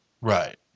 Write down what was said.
Right